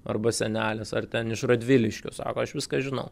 arba senelis ar ten iš radviliškio sako aš viską žinau